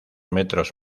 metros